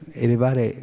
elevare